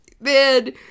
man